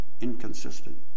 inconsistent